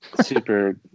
super